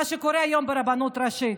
מה שקורה היום ברבנות הראשית.